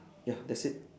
ya that's it